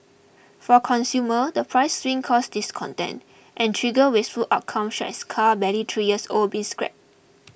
for consumer the price swings cause discontent and trigger wasteful outcomes such as car barely three years old being scrapped